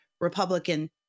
Republican